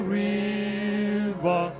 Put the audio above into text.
river